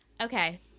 Okay